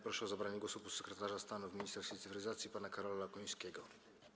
Proszę o zabranie głosu podsekretarza stanu w Ministerstwie Cyfryzacji pana Karola Okońskiego.